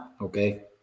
okay